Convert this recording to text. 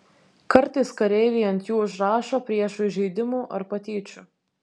kartais kareiviai ant jų užrašo priešui įžeidimų ar patyčių